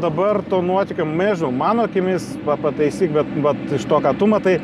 dabar tų nuotykių mežu mano akimis va pataisyk bet vat iš to ką tu matai